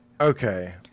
Okay